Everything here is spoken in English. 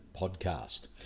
podcast